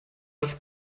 das